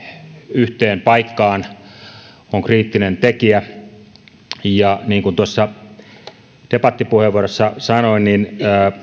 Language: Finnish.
yhteen paikkaan on kriittinen tekijä niin kuin tuossa debattipuheenvuorossani sanoin